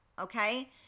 Okay